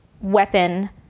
weapon